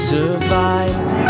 Survive